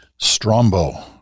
Strombo